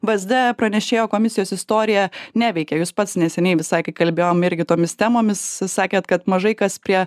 vsd pranešėjo komisijos istorija neveikia jūs pats neseniai visai kai kalbėjom irgi tomis temomis sakėt kad mažai kas prie